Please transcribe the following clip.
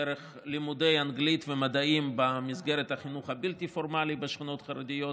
דרך לימודי אנגלית ומדעים במסגרת החינוך הבלתי-פורמלי בשכונות חרדיות,